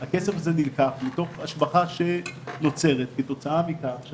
זה פומבי, זה